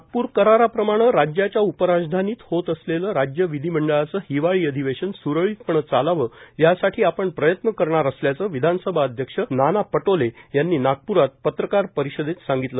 नागपूर कराराप्रमाणे राज्याच्या उपराजधानीत होत असलेले राज्य विधीमंडळाचे हिवाळी अधिवेशन स्रळीतपणे चालावे यासाठी आपण प्रयत्न करणार असल्याचं विधानसभा अध्यक्ष नाना पटोले यांनी नागपुरात पत्रकार परिषदेत केलं